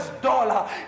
dollar